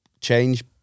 change